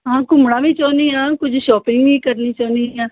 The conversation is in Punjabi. ਹਾਂ ਘੁੰਮਣਾ ਵੀ ਚਾਹੁੰਦੀ ਹਾਂ ਕੁਝ ਸ਼ੋਪਿੰਗ ਵੀ ਕਰਨੀ ਚਾਹੁੰਦੀ ਹਾਂ